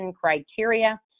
Criteria